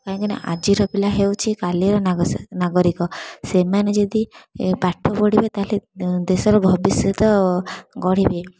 କାହିଁକିନା ଆଜିର ପିଲା ହେଉଛି କାଲିର ନାଗସ୍ୟ ନାଗରିକ ସେମାନେ ଯଦି ପାଠ ପଢ଼ିବେ ତାହେଲେ ଦେଶର ଭବିଷ୍ୟତ ଗଢ଼ିବେ